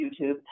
YouTube